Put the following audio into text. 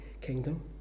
kingdom